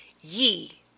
Ye